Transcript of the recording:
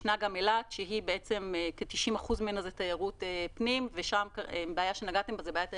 ישנה גם אילת ש-90% ממנה היא תיירות פנים ושם יש את בעיית הירדנים.